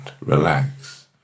relax